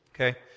Okay